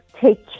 take